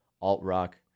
alt-rock